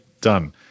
Done